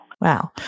Wow